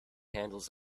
handles